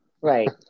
Right